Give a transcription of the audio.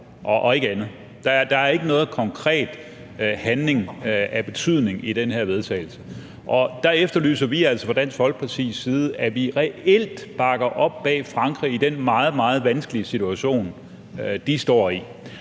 Der er ikke nogen konkret handling af betydning i det her forslag til vedtagelse. Og der efterlyser vi altså fra Dansk Folkepartis side, at vi reelt bakker op om Frankrig i den meget, meget vanskelige situation, de står i.